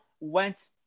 went –